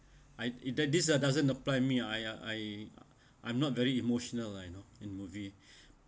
I it does this doesn't apply me I I I'm not very emotional lah you know in movie